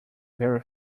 very